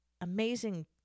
amazing